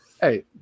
Hey